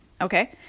Okay